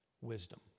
wisdom